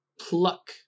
pluck